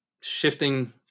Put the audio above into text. shifting